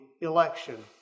election